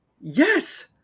Yes